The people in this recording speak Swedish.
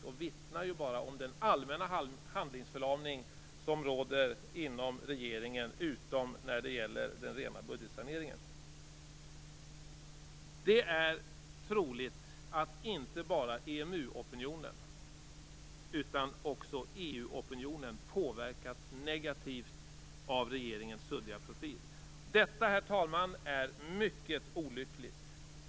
Detta vittnar bara om den allmänna handlingsförlamning som råder inom regeringen, utom när det gäller den rena budgetsaneringen. Det är troligt att inte bara EMU-opinionen utan också EU-opinionen påverkas negativt av regeringens suddiga profil. Detta, herr talman, är mycket olyckligt.